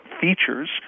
features